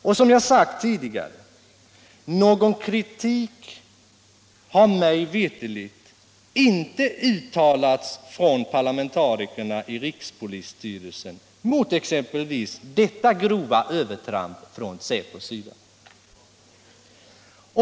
Och, som jag har sagt tidigare, någon kritik har mig veterligt inte uttalats bland parlamentarikerna i rikspolisstyrelsen mot exempelvis detta grova övertramp från Säpos sida.